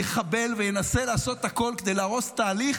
יחבל וינסה לעשות הכול כדי להרוס תהליך